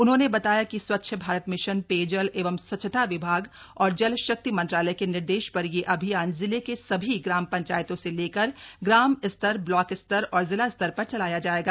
उन्होंने बताया कि स्वच्छ भारत मिशन पेयजल एवं स्वच्छता विभाग और जल शक्ति मंत्रालय के निर्देश पर यह अभियान जिले के सभी ग्राम पंचायतों से लेकर ग्राम स्तर ब्लॉक स्तर और जिला स्तर पर चलाया जाएगा